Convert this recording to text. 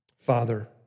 Father